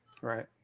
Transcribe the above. right